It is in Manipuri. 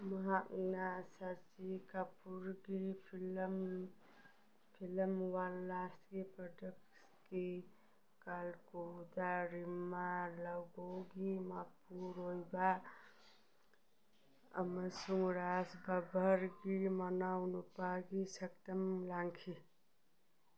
ꯃꯍꯥꯛꯅ ꯁꯆꯤ ꯀꯥꯄꯨꯔꯒꯤ ꯐꯤꯂꯝ ꯐꯤꯂꯝꯋꯥꯂꯥꯁ ꯄ꯭ꯔꯗꯛꯁꯟꯒꯤ ꯀꯥꯜꯒꯣꯗ ꯔꯤꯃꯥ ꯂꯒꯨꯒꯤ ꯃꯄꯨꯔꯣꯏꯕ ꯑꯃꯁꯨꯡ ꯔꯥꯖ ꯕꯕꯔꯒꯤ ꯃꯅꯥꯎꯅꯨꯄꯥꯒꯤ ꯁꯛꯇꯝ ꯂꯥꯡꯈꯤ